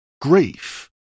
grief